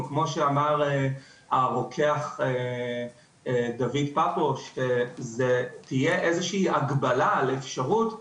או כמו שאמר הרוקח דויד פפו שתהיה איזושהי הגבלה לאפשרות,